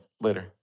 later